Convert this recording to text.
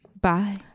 Bye